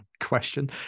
question